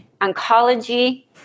oncology